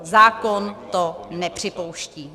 Zákon to nepřipouští.